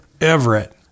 Everett